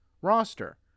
roster